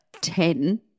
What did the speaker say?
Ten